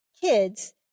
kids